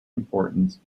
importance